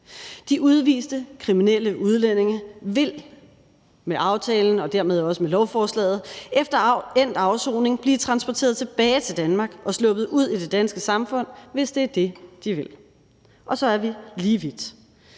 De udviste kriminelle udlændinge vil med aftalen og dermed også med lovforslaget efter endt afsoning blive transporteret tilbage til Danmark og sluppet ud i det danske samfund, hvis det er det, de vil. Og så er vi lige vidt.